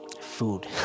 food